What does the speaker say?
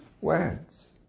words